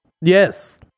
Yes